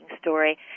story